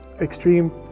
extreme